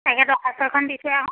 তাকে দৰ্খাস্ত এখন দি থৈ আহোঁ